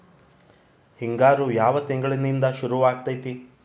ಹಿಂಗಾರು ಯಾವ ತಿಂಗಳಿನಿಂದ ಶುರುವಾಗತೈತಿ?